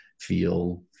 feel